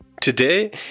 Today